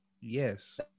Yes